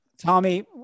Tommy